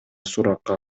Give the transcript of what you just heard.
суракка